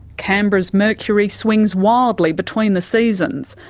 canberra's mercury swings wildly between the seasons.